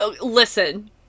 Listen